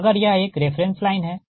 तो अगर यह एक रेफ़रेंस लाइन है